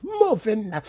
moving